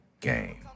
game